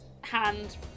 hand